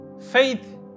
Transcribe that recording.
faith